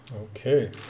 Okay